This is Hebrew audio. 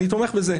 ואני תומך בזה.